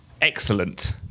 Excellent